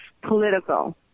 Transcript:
political